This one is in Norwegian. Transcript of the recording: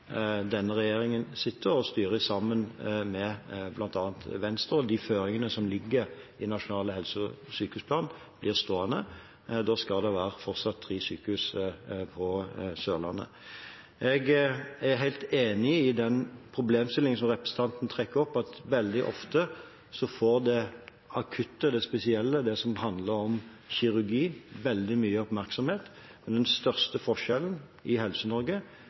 denne regjeringen sitter og styrer sammen med bl.a. Venstre, og de føringene som ligger i Nasjonal helse- og sykehusplan, blir stående. Da skal det fortsatt være tre sykehus på Sørlandet. Jeg er helt enig i den problemstillingen som representanten tar opp, at veldig ofte får det akutte, det spesielle, det som handler om kirurgi, veldig mye oppmerksomhet, men den største forskjellen i